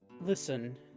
listen